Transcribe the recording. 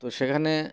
তো সেখানে